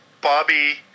Bobby